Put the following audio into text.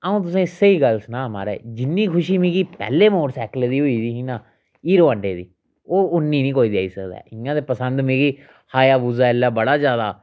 आ'ऊं तुसेंगी स्हेई गल्ल सनां महाराज जिन्नी खुशी मिगी पैह्ले मोटरसाइकलै दी होई दी ही नां हीरो हांडे दी ओह् इन्नी नी कोई देई सकदा ऐ इ'यां ते पसंद मिकी हायाबूजा एल्लै बड़ा ज्यादा